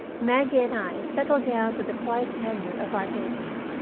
maggie and i settled down to the quiet tenure of our days.